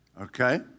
Okay